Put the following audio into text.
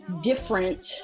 different